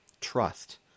trust